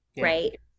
right